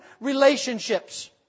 relationships